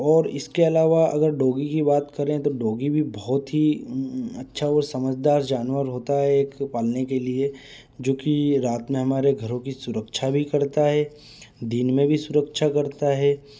और इसके अलावा अगर डोगी की बात करें तो डोगी भी बहुत ही अच्छा और समझदार जानवर होता है एक एक पालने के लिए जो कि रात में हमारे घरों की सुरक्षा भी करता है दिन में भी सुरक्षा करता है